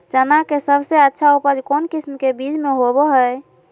चना के सबसे अच्छा उपज कौन किस्म के बीच में होबो हय?